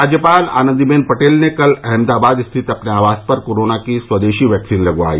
राज्यपाल आनन्दीबेन पटेल ने कल अहमदाबाद स्थित अपने आवास पर कोरोना की स्वदेशी वैक्सीन लगवाई